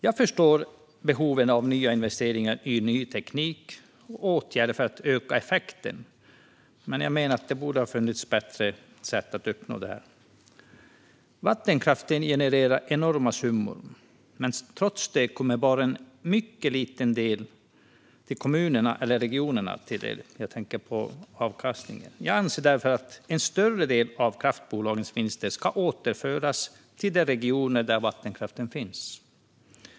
Jag förstår behoven av investeringar i ny teknik och åtgärder för att öka effekten, men jag menar att det borde finnas bättre sätt att uppnå detta. Vattenkraften generar enorma summor, men trots det kommer bara en mycket liten andel av avkastningen kommunerna och regionerna till del. Jag anser därför att en större del av kraftbolagens vinster ska återföras till de regioner där vattenkraften finns.